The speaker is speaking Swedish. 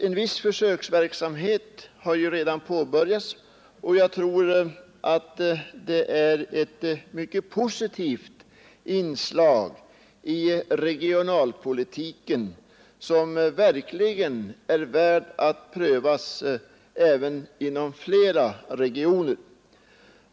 En viss försöksverksamhet har redan påbörjats, och jag tror att det är ett mycket positivt inslag i regionalpolitiken som verkligen är värt att prövas inom flera regioner.